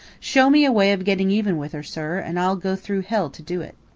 show me a way of getting even with her, sir, and i'll go through hell to do it!